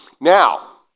Now